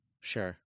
Sure